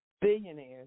billionaires